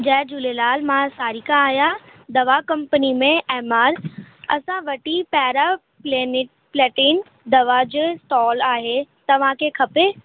जय झूलेलाल मां सारिका आहियां दवा कंपनी में एम आर असां वटि ई पेराप्लेनिट प्लेटीन दवा जो स्टॉक आहे तव्हांखे खपे